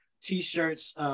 T-shirts